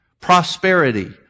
prosperity